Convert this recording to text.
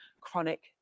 chronic